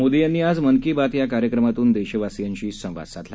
मोदी यांनी आज मन की बात या कार्यक्रमातून देशवासीयांशी संवाद साधला